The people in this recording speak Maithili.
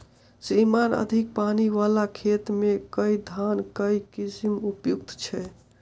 श्रीमान अधिक पानि वला खेत मे केँ धान केँ किसिम उपयुक्त छैय?